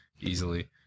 easily